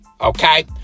okay